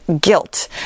guilt